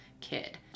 kid